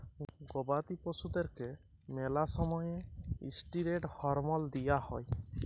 গবাদি পশুদ্যারকে ম্যালা সময়ে ইসটিরেড হরমল দিঁয়া হয়